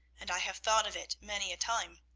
and i have thought of it many a time.